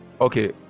okay